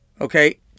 Okay